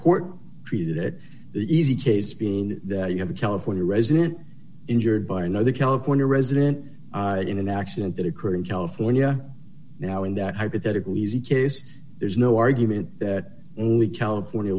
court created it the easy case being that you have a california resident injured by another california resident in an accident that occurred in california now in that hypothetical easy case there's no argument that only california